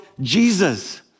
Jesus